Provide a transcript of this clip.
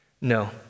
No